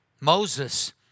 Moses